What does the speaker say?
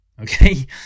okay